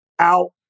Out